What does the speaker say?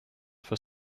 for